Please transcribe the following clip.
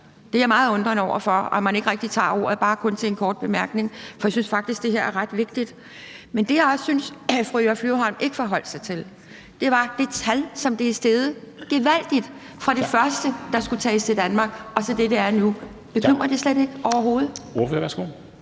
jeg mig meget undrende over for – og også, at man ikke rigtig tager ordet ud over til bare en kort bemærkning, for jeg synes faktisk, det her er ret vigtigt. Men det, jeg også synes fru Eva Flyvholm ikke forholdt sig til, var det antal, som er steget gevaldigt fra de første, der skulle tages til Danmark, og så til, hvad det er nu. Bekymrer det overhovedet